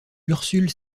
ursule